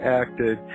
acted